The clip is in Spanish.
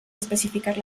especificar